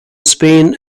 spain